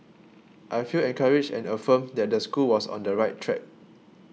I felt encouraged and affirmed that the school was on the right track